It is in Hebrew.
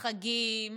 חגים,